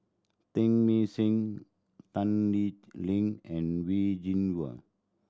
Teng May Seng Tan Lee Leng and Wen Jinhua